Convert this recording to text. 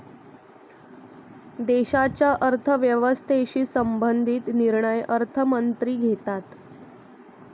देशाच्या अर्थव्यवस्थेशी संबंधित निर्णय अर्थमंत्री घेतात